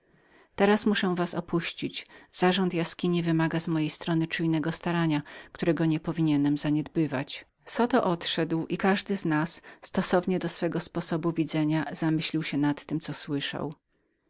chwili muszę was opuścić zarząd jaskini wymaga z mojej strony czujnego starania którego nie powinienem zaniedbywać zoto odszedł i każdy z nas stósownie do swego sposobu widzenia zamyślił się nad tem co słyszał